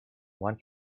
one